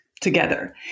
together